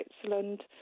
Switzerland